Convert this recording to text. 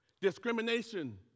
Discrimination